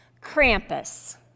Krampus